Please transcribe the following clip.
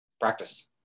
practice